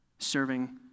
serving